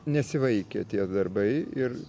nesivaikė tie darbai ir